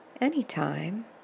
anytime